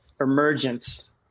emergence